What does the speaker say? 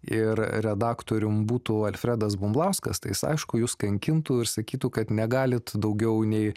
ir redaktorium būtų alfredas bumblauskas tai jis aišku jus kankintų ir sakytų kad negalit daugiau nei